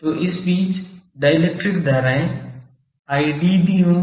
तो बीच डाइलेक्ट्रिक धाराएं id भी होंगी